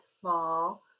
small